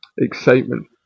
excitement